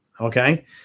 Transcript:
Okay